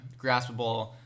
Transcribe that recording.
graspable